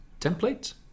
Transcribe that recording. template